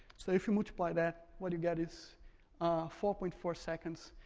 so if you multiply that, what you get is four point four seconds.